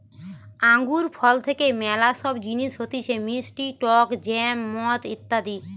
আঙ্গুর ফল থেকে ম্যালা সব জিনিস হতিছে মিষ্টি টক জ্যাম, মদ ইত্যাদি